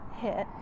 hit